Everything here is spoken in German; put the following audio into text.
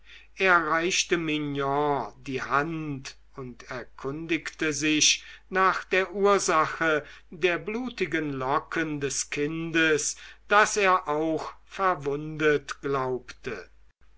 er reichte mignon die hand und erkundigte sich nach der ursache der blutigen locken des kindes das er auch verwundet glaubte